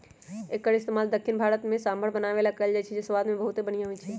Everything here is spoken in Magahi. एक्कर इस्तेमाल दख्खिन भारत में सांभर बनावे ला कएल जाई छई जे स्वाद मे बहुते बनिहा होई छई